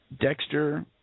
Dexter